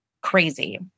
crazy